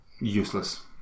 useless